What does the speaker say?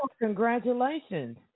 congratulations